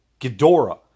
Ghidorah